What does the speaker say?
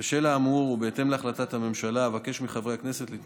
ולמעשה היא מהווה את האסמכתא עבור האוניברסיטאות